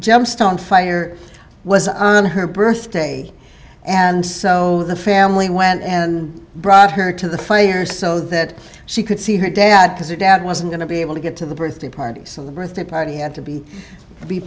gemstone fire was on her birthday and so the family went and brought her to the fire so that she could see her dad as a dad wasn't going to be able to get to the birthday party so the birthday party had to be be